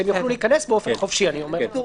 שהם יוכלו להיכנס באופן חופשי.